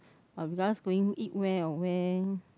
but regardless going eat where or where